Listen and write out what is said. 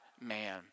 man